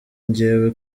njyewe